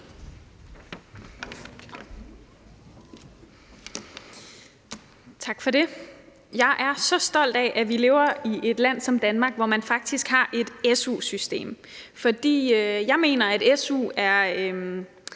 Tak for det. Jeg er så stolt af, at vi lever i et land som Danmark, hvor man faktisk har et su-system. For jeg mener, at su er